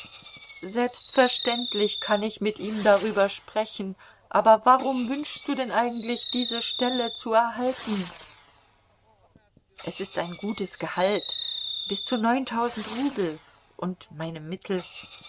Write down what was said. selbstverständlich kann ich mit ihm darüber sprechen aber warum wünschst du denn eigentlich diese stelle zu erhalten es ist ein gutes gehalt bis zu neuntausend rubel und meine mittel